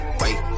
wait